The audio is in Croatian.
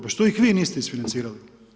Pa što ih vi niste isfinancirali?